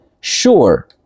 Sure